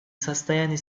состояние